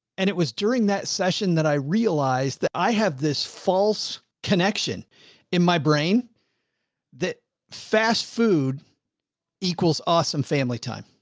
and it was during that session that i realized that i have this false connection in my brain that fast food equals awesome family time.